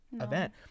event